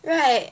right